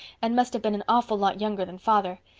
and must have been an awful lot younger than father.